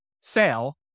sale